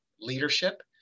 leadership